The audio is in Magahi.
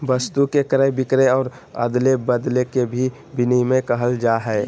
वस्तु के क्रय विक्रय और अदले बदले के भी विनिमय कहल जाय हइ